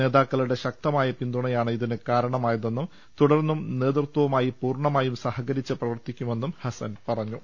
നേതാക്കളുടെ ശക്തമായ പിന്തുണയാണ് ഇതിന് കാരണമായതെ ന്നും തുടർന്നും നേതൃത്വവുമായി പൂർണമായും സഹകരിച്ച് പ്രവർത്തിക്കുമെ ന്നും ഹസ്സൻ പറഞ്ഞു